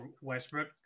Westbrook